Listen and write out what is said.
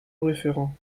referens